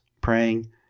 praying